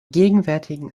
gegenwärtigen